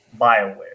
BioWare